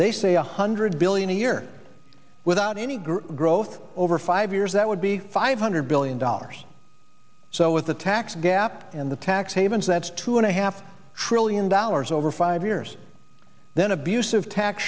they say a hundred billion a year without any group growth over five years that would be five hundred billion dollars so with the tax gap and the tax havens that's two and a half trillion dollars over five years then abusive tax